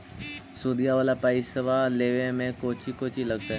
सुदिया वाला पैसबा लेबे में कोची कोची लगहय?